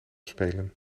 spelen